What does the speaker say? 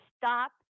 stop